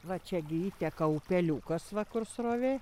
va čia gi įteka upeliukas va kur srovė